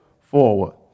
forward